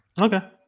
Okay